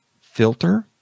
filter